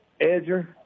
edger